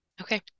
okay